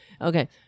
Okay